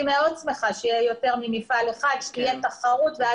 מאוד שמחה שיהיה יותר מפעל אחד ושתהיה תחרות.